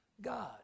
God